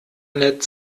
nett